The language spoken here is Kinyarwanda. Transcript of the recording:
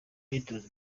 myitozo